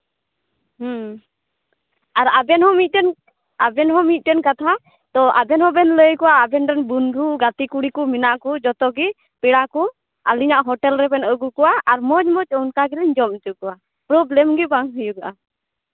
ᱟᱨ ᱟᱵᱮᱱ ᱦᱚᱸ ᱢᱤᱫᱴᱮᱱ ᱟᱵᱮᱱ ᱦᱚᱸ ᱢᱤᱫᱴᱮᱱ ᱠᱟᱛᱷᱟ ᱛᱳ ᱟᱵᱮᱱ ᱦᱚᱸᱵᱮᱱ ᱞᱟᱹᱭ ᱠᱚᱣᱟ ᱟᱵᱮᱱ ᱨᱮᱱ ᱵᱚᱱᱫᱷᱩ ᱜᱟᱛᱮ ᱠᱩᱲᱤ ᱠᱚ ᱢᱮᱱᱟᱜ ᱠᱚ ᱡᱚᱛᱚ ᱜᱮ ᱯᱮᱲᱟ ᱠᱚ ᱟᱹᱞᱤᱧᱟᱜ ᱦᱳᱴᱮᱞ ᱨᱮᱵᱮᱱ ᱟᱹᱜᱩ ᱠᱚᱣᱟ ᱟᱨ ᱢᱚᱡᱽ ᱢᱚᱡᱽ ᱚᱱᱠᱟ ᱜᱮᱞᱤᱧ ᱡᱚᱢ ᱦᱚᱪᱚ ᱠᱚᱣᱟ ᱯᱨᱚᱵᱽᱞᱮᱢ ᱜᱮ ᱵᱟᱝ ᱦᱩᱭᱩᱜᱼᱟ